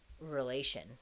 relation